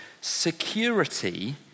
security